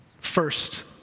First